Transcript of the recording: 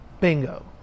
Bingo